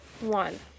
one